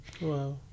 Wow